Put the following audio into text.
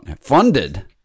funded